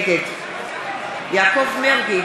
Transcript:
נגד יעקב מרגי,